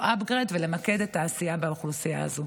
upgrade ולמקד את העשייה באוכלוסייה הזו.